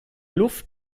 luft